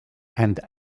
and